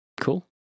Cool